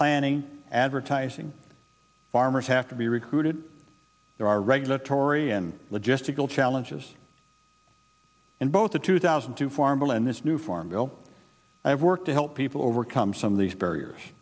planning advertising farmers have to be recruited there are regulatory and logistical challenges in both the two thousand two farm bill and this new farm bill i've worked to help people overcome some of these barriers